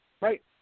Right